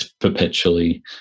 perpetually